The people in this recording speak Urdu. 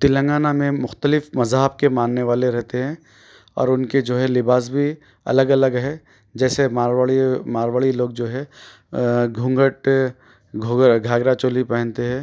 تلنگانہ میں مختلف مذہب کے ماننے والے ریتے ہیں اور اُن کے جو ہے لباس بھی الگ الگ ہے جیسے مارواڑی مارواڑی لوگ جو ہے گھونگھٹ گھونگا گھاگھرا چولی پہنتے ہے